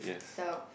so